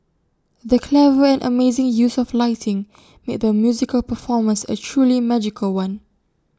the clever and amazing use of lighting made the musical performance A truly magical one